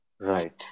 Right